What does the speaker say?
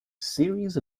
series